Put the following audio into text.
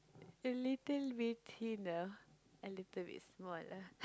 a little bit thin a little bit small